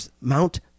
Mount